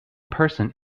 person